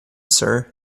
sir